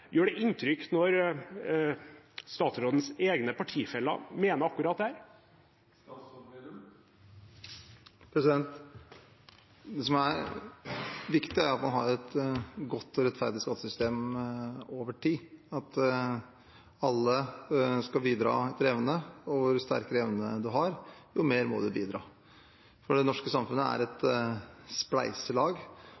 inntrykk når statsrådens egne partifeller mener akkurat dette? Det som er viktig, er at man har et godt og rettferdig skattesystem over tid, og at alle bidrar etter evne; jo sterkere evne man har, jo mer må man bidra. For det norske samfunnet er et